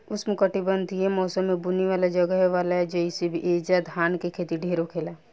उष्णकटिबंधीय मौसम में बुनी वाला जगहे आवेला जइसे ऐजा धान के खेती ढेर होखेला